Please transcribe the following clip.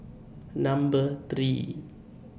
Number three